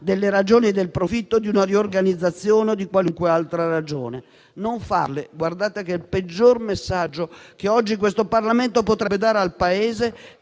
delle ragioni del profitto di una riorganizzazione o di qualunque altra ragione. Non farlo è il peggior messaggio che oggi questo Parlamento potrebbe dare al Paese,